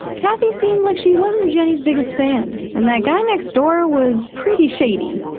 kathy seemed like she wasn't jenny's biggest fan, and that guy next door was pretty shady.